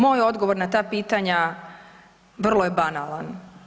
Moj odgovor na ta pitanja vrlo je banalan.